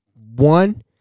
One